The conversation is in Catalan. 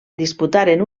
disputaren